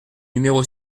numéro